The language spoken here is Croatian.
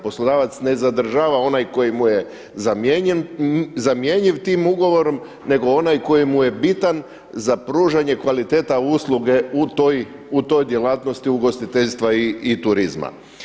Poslodavac ne zadržava onaj koji mu je zamjenjiv tim ugovorom, nego onaj koji mu je bitan za pružanje kvaliteta usluge u toj djelatnosti ugostiteljstva i turizma.